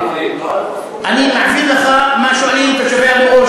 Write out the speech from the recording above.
קריית-ענבים לא היו חסומים?